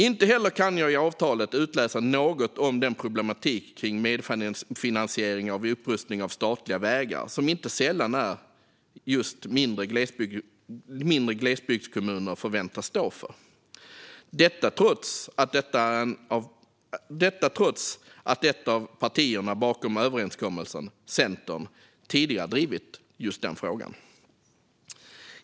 Inte heller kan jag i avtalet utläsa något om problematiken kring medfinansiering av upprustning av statliga vägar, som det inte sällan är just mindre glesbygdskommuner som förväntas stå för - detta trots att ett av partierna bakom överenskommelsen, Centern, tidigare drivit just den frågan.